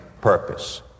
purpose